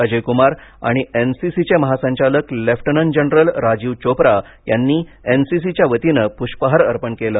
अजय कुमार आणि N C C चे महासंचालक लेफ्टनंट जनरल राजीव चोप्रा यांनी एन सी सी च्या वतीने प्ष्पहार अर्पण केले